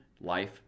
life